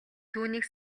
түүнийг